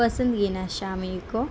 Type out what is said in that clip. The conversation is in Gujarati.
પસંદગીના સામયિકો